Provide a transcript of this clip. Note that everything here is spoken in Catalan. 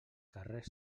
carrer